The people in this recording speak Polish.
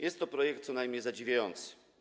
Jest to projekt co najmniej zadziwiający.